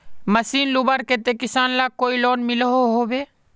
Machine लुबार केते किसान लाक कोई लोन मिलोहो होबे?